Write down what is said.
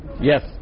Yes